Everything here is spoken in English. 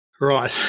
Right